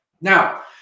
Now